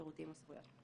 שירותים או זכויות,